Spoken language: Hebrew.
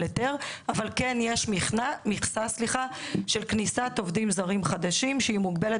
היתר אבל כן יש מכסה של כניסת עובדים זרים חדשים שהיא מוגבלת